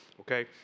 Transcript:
Okay